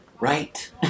right